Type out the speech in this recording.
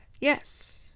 Yes